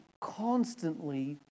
constantly